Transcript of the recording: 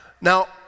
Now